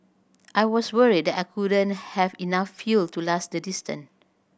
I was worried I wouldn't have enough fuel to last the distance